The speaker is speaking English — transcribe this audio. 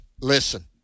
Listen